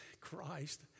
Christ